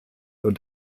und